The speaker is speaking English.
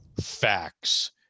facts